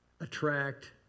attract